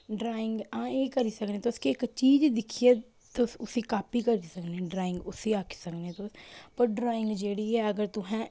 drawing हां एह् करी सकदे तुस कि इक चीज दिक्खियै तुस उसी कापी करी सकने ड्राइंग उसी आक्खी सकने तुस पर ड्राइंग जेह्ड़ी ऐ अगर तुसें